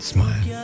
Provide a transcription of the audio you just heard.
Smile